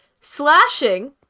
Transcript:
Slashing